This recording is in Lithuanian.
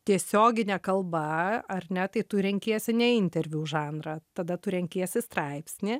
tiesiogine kalba ar ne tai tu renkiesi ne interviu žanrą tada tu renkiesi straipsnį